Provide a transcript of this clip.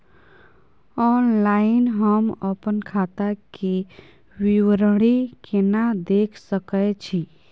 Online हम अपन खाता के विवरणी केना देख सकै छी?